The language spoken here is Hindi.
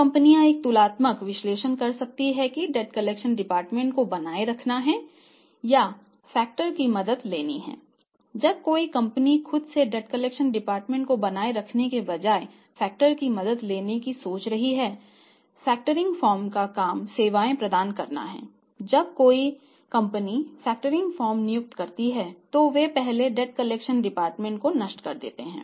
तो कंपनियां एक तुलनात्मक विश्लेषण कर सकती हैं कि डेट कलेक्शन डिपार्टमेंटको नष्ट कर देते हैं